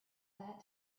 that